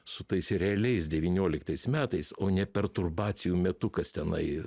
su tais realiais devynioliktais metais o ne perturbacijų metu kas tenai